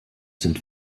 sind